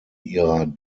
ihrer